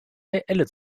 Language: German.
reelle